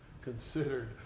considered